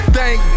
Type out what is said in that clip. Thank